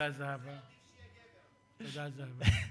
תודה, זהבה.